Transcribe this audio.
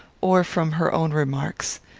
or from her own remarks.